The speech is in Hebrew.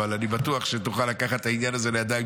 אבל אני בטוח שתוכל לקחת את העניין הזה לידיים,